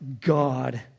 God